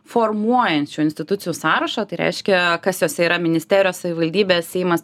formuojančių institucijų sąrašo tai reiškia kas jose yra ministerijos savivaldybės seimas